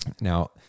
Now